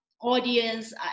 audience